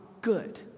Good